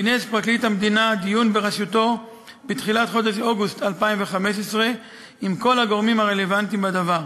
כינס פרקליט המדינה דיון בראשותו עם כל הגורמים הרלוונטיים לדבר.